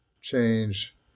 change